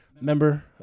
member